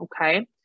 okay